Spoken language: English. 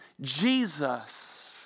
Jesus